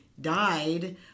died